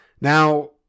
Now